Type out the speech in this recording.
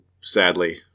sadly